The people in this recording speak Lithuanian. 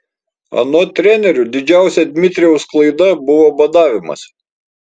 anot trenerių didžiausia dmitrijaus klaida buvo badavimas